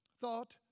thought